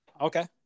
Okay